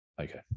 okay